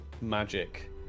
magic